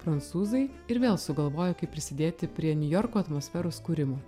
prancūzai ir vėl sugalvojo kaip prisidėti prie niujorko atmosferos kūrimo